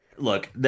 Look